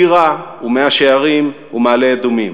טירה ומאה-שערים ומעלה-אדומים,